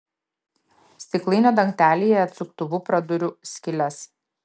stiklainio dangtelyje atsuktuvu praduriu skyles